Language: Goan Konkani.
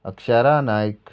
अक्षारा नायक